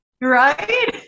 Right